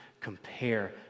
compare